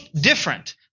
different